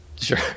sure